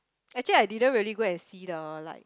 actually I didn't really go and see the like